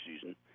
season